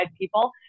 people